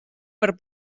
per